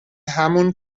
همون